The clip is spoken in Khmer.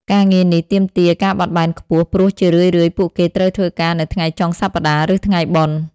ការងារនេះទាមទារការបត់បែនខ្ពស់ ព្រោះជារឿយៗពួកគេត្រូវធ្វើការនៅថ្ងៃចុងសប្តាហ៍ ឬថ្ងៃបុណ្យ។